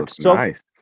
nice